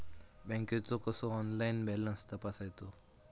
बँकेचो कसो online balance तपासायचो?